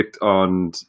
on